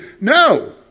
No